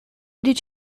did